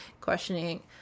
questioning